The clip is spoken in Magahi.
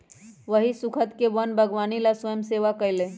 वही स्खुद के वन बागवानी ला स्वयंसेवा कई लय